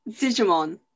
Digimon